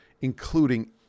including